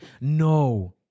No